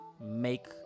make